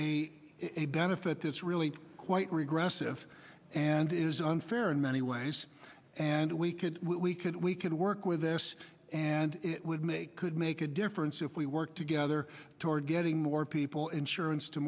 benefit that's really quite regressive and is unfair in many ways and we could we could we could work with this and it would make could make a difference if we work together toward getting more people insurance to